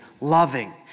loving